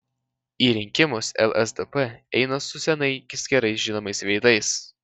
į rinkimus lsdp eina su senais gerai žinomais veidais